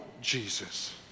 Jesus